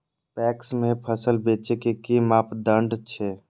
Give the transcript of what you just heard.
PACS में फसल बेचे के कि मापदंड छै?